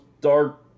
dark